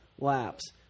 laps